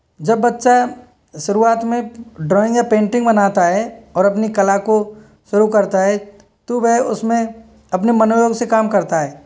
जब बच्चा शुरुआत में ड्रॉइंग या पेंटिंग बनाता है और अपनी कला को शुरू करता है तो वह उसमें अपने मन से काम करता है